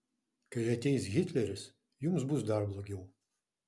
kai ateis hitleris jums bus dar blogiau